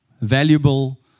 valuable